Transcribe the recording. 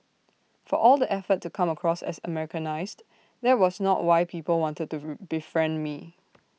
for all the effort to come across as Americanised that was not why people wanted to befriend me